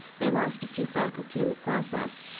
they lost a few faculty in the process,